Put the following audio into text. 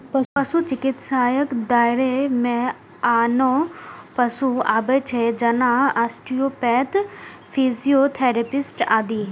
पशु चिकित्साक दायरा मे आनो पेशा आबै छै, जेना आस्टियोपैथ, फिजियोथेरेपिस्ट आदि